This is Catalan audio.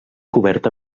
coberta